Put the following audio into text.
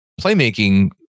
playmaking